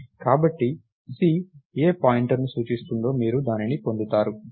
కాబట్టి C ఏ pointer ను సూచిస్తుందో మీరు దానిని పొందుతారు